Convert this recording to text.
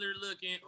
looking